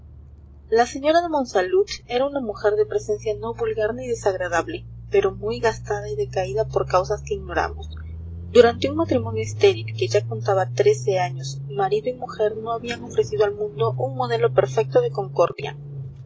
la señora de monsalud era una mujer de presencia no vulgar ni desagradable pero muy gastada y decaída por causas que ignoramos durante un matrimonio estéril que ya contaba trece años marido y mujer no habían ofrecido al mundo un modelo perfecto de concordia